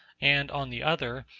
and, on the other,